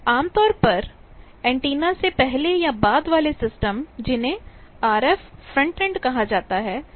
आमतौर पर ऐन्टेना से पहले या बाद वाले सिस्टम जिन्हें आरएफ फ्रंटेंड कहा जाता है